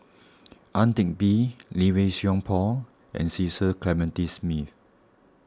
Ang Teck Bee Lee Wei Song Paul and Cecil Clementi Smith